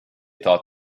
thought